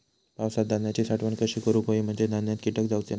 पावसात धान्यांची साठवण कशी करूक होई म्हंजे धान्यात कीटक जाउचे नाय?